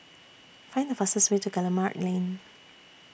Find The fastest Way to Guillemard Lane